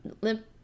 limp